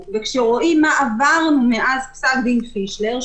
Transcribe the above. וכשרואים מה עברנו מאז פסק דין פישלר...